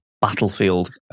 Battlefield